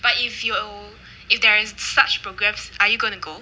but if you if there is such programmes are you going to go